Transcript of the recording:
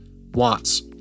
wants